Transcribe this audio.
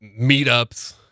meetups